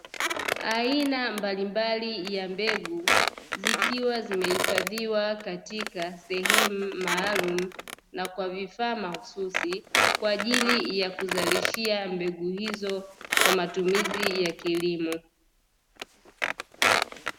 Aina mbalimbali ya mbegu zikiwa zimeifadhiwa katika sehemu maalumu, na kwa vifaa mahususi kwa ajili ya kuzalishia mbegu hizo kwa matumizi ya kilimo.